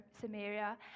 Samaria